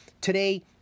Today